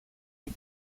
του